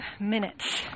minutes